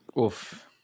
Oof